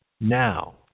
Now